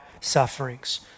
sufferings